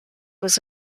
was